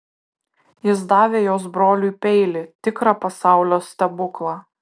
jis davė jos broliui peilį tikrą pasaulio stebuklą